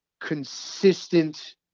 consistent